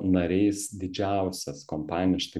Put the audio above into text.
nariais didžiausias kompanijas štai